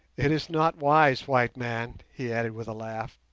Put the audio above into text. it is not wise, white man he added with a laugh,